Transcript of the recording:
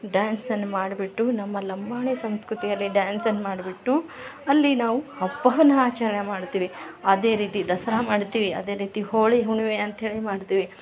ಡ್ಯಾನ್ಸನ್ನ ಮಾಡ್ಬಿಟ್ಟು ನಮ್ಮ ಲಂಬಾಣಿ ಸಂಸ್ಕೃತಿಯಲ್ಲಿ ಡ್ಯಾನ್ಸನ್ನ ಮಾಡ್ಬಿಟ್ಟು ಅಲ್ಲಿ ನಾವು ಹಬ್ಬವನ್ನ ಆಚರಣೆ ಮಾಡ್ತೀವಿ ಅದೇ ರೀತಿ ದಸರಾ ಮಾಡ್ತೀವಿ ಅದೆ ರೀತಿ ಹೋಳಿ ಹುಣ್ಮೆ ಅಂತೇಳಿ ಮಾಡ್ತೀವಿ